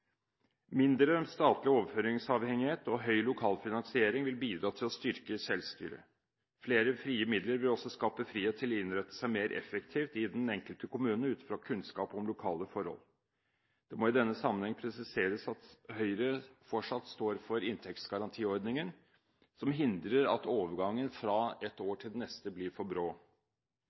Mindre statlig overføringsavhengighet og høy lokal finansering vil bidra til å styrke selvstyret. Flere frie midler vil også skape frihet til å innrette seg mer effektivt i den enkelte kommune ut fra kunnskap om lokale forhold. Det må i denne sammenheng presiseres at Høyre fortsatt står for inntektsgarantiordningen, som hindrer at overgangen fra et år til det neste blir for brå.